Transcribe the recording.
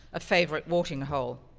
a favorite watering hole.